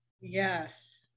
Yes